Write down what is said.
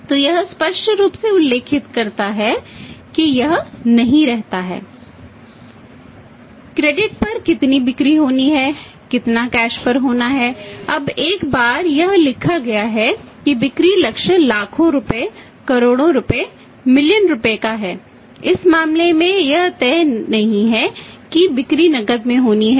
तो यह स्पष्ट रूप से उल्लेखित रहता है या यह नहीं रहता है